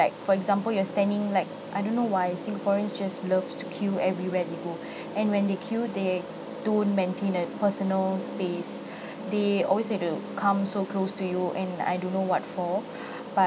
like for example you're standing like I don't know why singaporeans just loves to queue everywhere they go and when they queue the don't maintain a personal space they always like to come so close to you and I don't know what for but